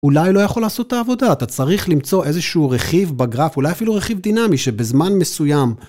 אולי לא יכול לעשות את העבודה, אתה צריך למצוא איזשהו רכיב בגרף, אולי אפילו רכיב דינמי שבזמן מסוים.